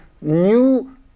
new